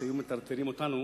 כשהיו מטרטרים אותנו,